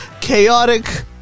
Chaotic